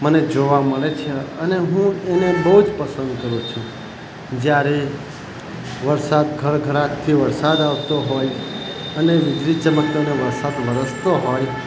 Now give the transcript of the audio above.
મને જોવા મળે છે અને હું એને બહુ જ પસંદ કરું છું જ્યારે વરસાદ ખળખળાટથી વરસાદ આવતો હોય અને વીજળી ચમકે અને વરસાદ વરસતો હોય